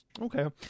Okay